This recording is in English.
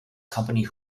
company